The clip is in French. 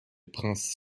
prince